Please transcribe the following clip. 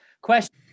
Question